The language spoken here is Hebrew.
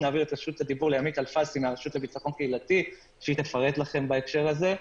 ימית אלפסי מהרשות לביטחון קהילתי תפרט על זה.